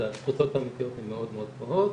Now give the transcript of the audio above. אז התפוסות האמיתיות הן מאוד מאוד גבוהות.